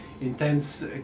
intense